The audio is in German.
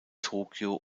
tokyo